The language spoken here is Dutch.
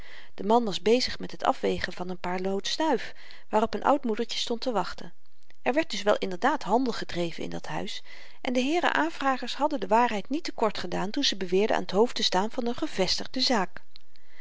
de man was bezig met het afwegen van n paar lood snuif waarop n oud moedertje stond te wachten er werd dus wel inderdaad handel gedreven in dat huis en de heeren aanvragers hadden de waarheid niet te kort gedaan toen ze beweerden aan t hoofd te staan van n gevestigde zaak